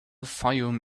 fayoum